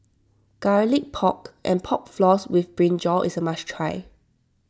Garlic Pork and Pork Floss with Brinjal is a must try